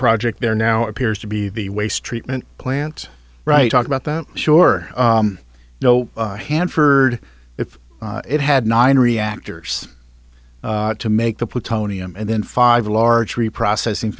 project there now appears to be the waste treatment plant right talk about that sure i know hanford if it had nine reactors to make the plutonium and then five large reprocessing